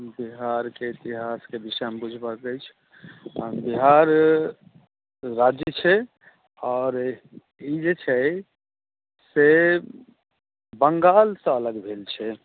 बिहार के इतिहास के विषय मे बुझबाक अछि बिहार राज्य छै ई जे छै से बंगाल सॅं अलग भेल छै